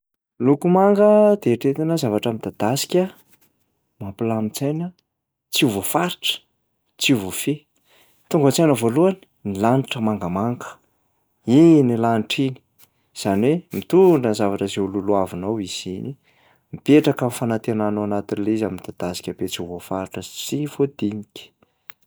Loko manga de eritreretina zavatra midadasika, mampilamin-tsaina, tsy ho voafaritra, tsy ho voafehy. Tonga ao an-tsaina voalohany ny lanitra mangamanga, iny lanitra iny, zany hoe mitondra ny zavatra izay ho lolohavinao izy iny, mipetraka ny fanantenana ao anatin'ilay izy am'midadasika be tsy ho voafaritra sy tsy voadinika.